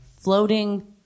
floating